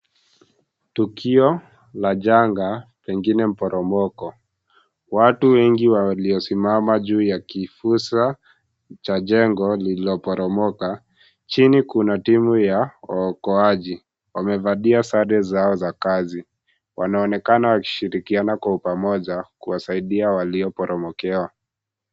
Tukio la janga, pengine mporomoko. Watu wengi waliosimama juu ya kifusi cha jengo lililoporomoka, chini kuna timu ya waokoaji. Wamevalia sare zao za kazi. Wanaonekana wakishirikiana kwa upamoja, kuwasaidia walioporomokewa.